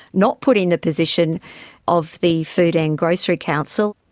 not putting the position of the food and grocery council.